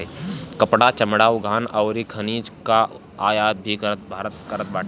कपड़ा, चमड़ा, खाद्यान अउरी खनिज कअ आयात भी भारत करत बाटे